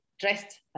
Dressed